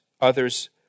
others